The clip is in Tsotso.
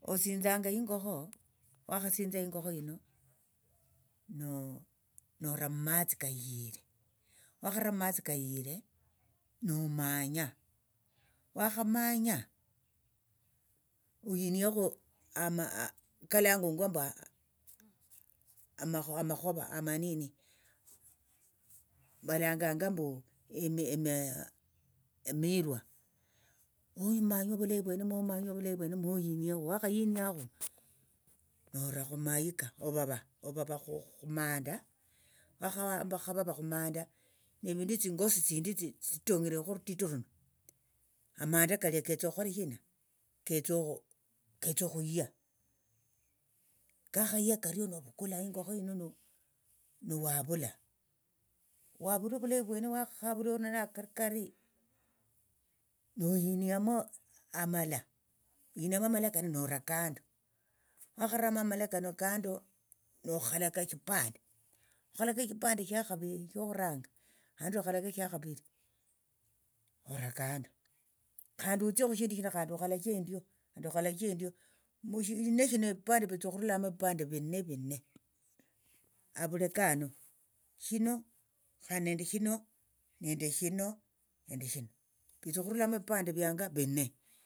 Osinzanga ingokho wakhasinza ingokho yino nora mumatsi kayire wakhara mumatsi nomanya wakhamanya ohoniekho ama kalangungwa mbu ama amakho amakhova amanini valanganga mbu emi emi emiirwa momanye ovulayi vwene momanye ovulayi vwene mohiniekhu wakhahiniakhu nora khumahika ovava ovava khumanda wakha wakhavava khumanda evindu tsingosi tsindi tsitonyirekhu orutiti runo amanda kalia ketsa okhukhola shina ketsa okhuya kakhaya kario novukula ingokho yino nowavula wavule ovulayi vwene wakhavula ori nana akari kari nohiniamo amala ohiniamo amala kano nora kando wakharamo amala kano kando nokhalaka eshipande wakhalaka eshipande shakhavi shokhuranga khandi okhalache shakhaviri ora kando khandi otsie khushindi shino khandi okhalache endio khandi okhalache endio mushine shino evipande vitsa okhurulamo evipande vine vine avuleka hano shino khande nende shino nende shino nende shino vitsa okhurulangamu evipande vine.